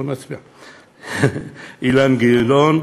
ואילן גילאון,